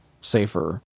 safer